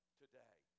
today